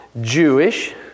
Jewish